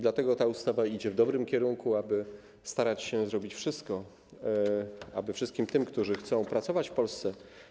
Dlatego ta ustawa zmierza w dobrym kierunku, starano się zrobić wszystko, aby pomóc wszystkim tym, którzy chcą pracować w Polsce.